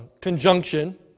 conjunction